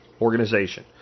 organization